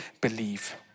believe